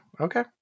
Okay